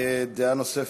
דעה נוספת,